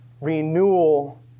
renewal